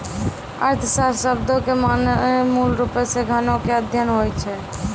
अर्थशास्त्र शब्दो के माने मूलरुपो से धनो के अध्ययन होय छै